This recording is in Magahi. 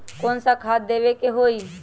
कोन सा खाद देवे के हई?